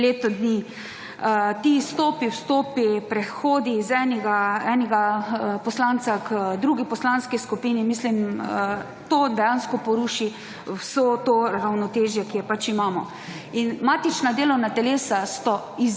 leto dni. Ti izstopi, vstopi, prehodi iz enega poslanca k drugi poslanski skupini mislim to dejansko poruši vso to ravnotežje, ki ga pač imamo. Matična delovna telesa so